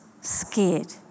Scared